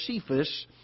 Cephas